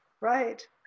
Right